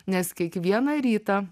nes kiekvieną rytą